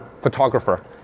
photographer